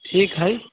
ठीक हय